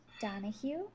Donahue